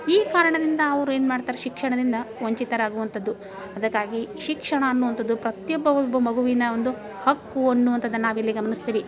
ಈ ಕಾರಣದಿಂದ ಅವರು ಏನು ಮಾಡ್ತಾರೆ ಶಿಕ್ಷಣದಿಂದ ವಂಚಿತರಾಗುವಂಥದ್ದು ಅದಕ್ಕಾಗಿ ಶಿಕ್ಷಣ ಅನ್ನುವಂಥದ್ದು ಪ್ರತಿಯೊಬ್ಬ ಒಬ್ಬ ಮಗುವಿನ ಒಂದು ಹಕ್ಕು ಅನ್ನುವಂಥದ್ದು ನಾವು ಇಲ್ಲಿ ಗಮನಿಸ್ತೀವಿ